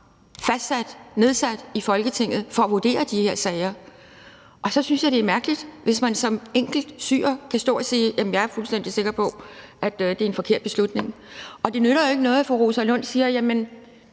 Folketinget har oprettet til at vurdere de her sager. Så synes jeg, at det er mærkeligt, hvis man som enkeltsyrer kan stå og sige: Jeg er fuldstændig sikker på, at det er en forkert beslutning. Det nytter jo ikke noget, at fru Rosa Lund siger, at